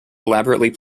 elaborately